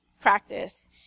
practice